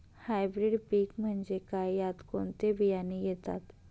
Hybrid पीक म्हणजे काय? यात कोणते बियाणे येतात?